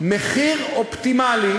מחיר אופטימלי,